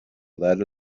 let